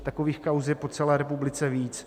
Takových kauz je po celé republice víc.